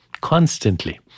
constantly